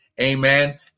Amen